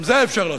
גם זה אפשר לעשות.